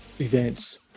events